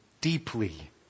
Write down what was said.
deeply